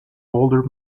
older